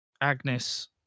Agnes